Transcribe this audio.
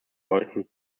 wollten